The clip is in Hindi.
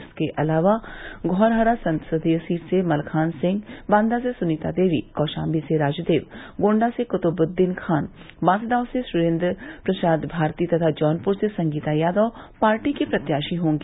इसके अलावा धौरहरा संसदीय सीट से मलखान सिंह बांदा से सुनीता देवी कौशाम्वी से राजदेव गोण्डा से कुतुबद्दीन खान बांसगांव से सुरेन्द्र प्रसाद भारती तथा जौनपुर से संगीता यादव पार्टी की प्रत्याशी होंगी